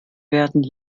werden